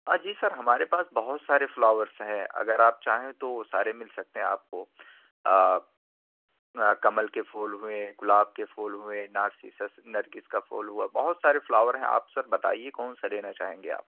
جی sir ہمارے پاس بہت سارے فلاورس ہیں اگر آپ چاہیں تو وہ سارے مل سکتے ہیں آپ کو کمل کے پھول ہوئے گلاب کے پھول ہوئے نارسیسس نرگس کا پھول ہوا بہت سارے فلاور ہیں آپ سر بتائیے کون سا لینا چاہیں گے آپ